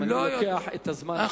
אם אני לוקח את הזמן עכשיו,